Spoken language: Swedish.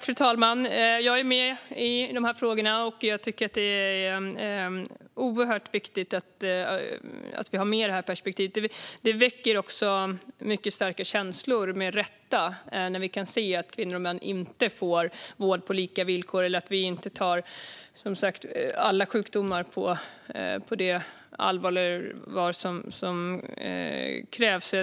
Fru talman! Jag är med i de frågorna. Det är oerhört viktigt att vi har med det perspektivet. Det väcker också med rätta mycket starka känslor när vi kan se att kvinnor och män inte får vård på lika villkor eller att vi inte ser på alla sjukdomar med det allvar som krävs.